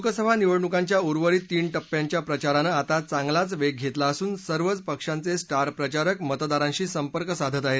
लोकसभा निवडणूकांच्या उर्वरित तीन टप्प्यांच्या प्रचारानं आता चांगलाचा वेग घेतला असून सर्वच पक्षांचे स्टार प्रचारक मतदारांशी संपर्क साधत आहेत